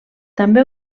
també